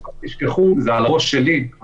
אז צריך לחכות לתחנה הבאה.